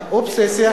אובססיה.